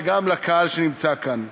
וגם לקהל שנמצא כאן,